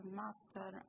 master